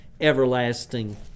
everlasting